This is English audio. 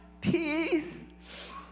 peace